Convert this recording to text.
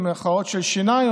של שיניים,